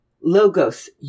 Logos